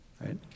right